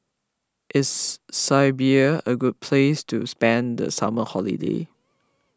is Serbia a great place to spend the summer holiday